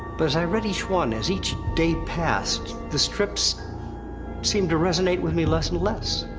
but as i read each one, as each day passed, the strips seemed to resonate with me less and less.